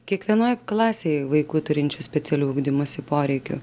kiekvienoj klasėj vaikų turinčių specialių ugdymosi poreikių